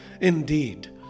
Indeed